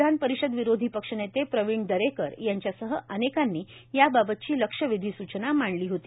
विधान परिषद विरोधी पक्षनेते प्रवीण दरेकर यांच्यासह अनेकांनी याबाबतची लक्षवेधी सूचना मांडली होती